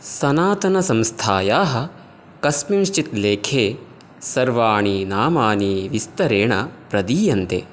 सनातनसंस्थायाः कस्मिंश्चित् लेखे सर्वाणि नामानि विस्तरेण प्रदीयन्ते